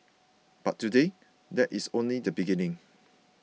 but today that is only the beginning